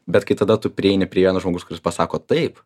bet kai tada tu prieini prie vieno žmogus kuris pasako taip